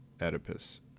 Oedipus